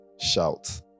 shout